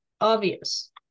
obvious